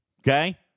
Okay